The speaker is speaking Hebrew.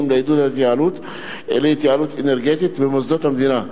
לעידוד התייעלות אנרגטית במוסדות המדינה.